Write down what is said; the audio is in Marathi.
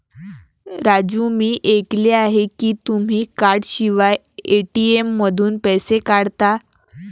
राजू मी ऐकले आहे की तुम्ही कार्डशिवाय ए.टी.एम मधून पैसे काढता